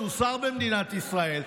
הוא שר במדינת ישראל,